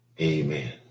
Amen